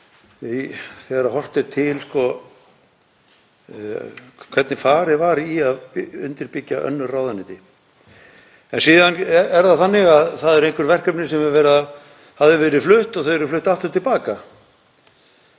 þegar horft er til hvernig farið var í að undirbyggja önnur ráðuneyti. En síðan er það þannig að það eru einhver verkefni sem höfðu verið flutt og þau eru flutt aftur til baka.